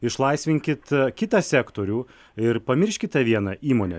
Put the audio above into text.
išlaisvinkit kitą sektorių ir pamirškit tą vieną įmonę